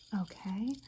okay